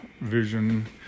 vision